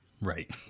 Right